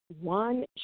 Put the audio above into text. one